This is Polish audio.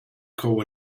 koło